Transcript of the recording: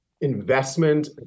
investment